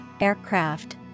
aircraft